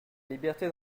liberté